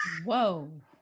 Whoa